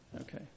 okay